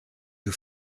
you